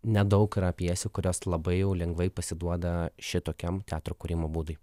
nedaug yra pjesių kurios labai jau lengvai pasiduoda šitokiam teatro kūrimo būdui